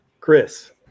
Chris